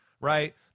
right